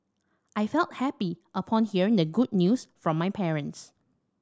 I felt happy upon hearing the good news from my parents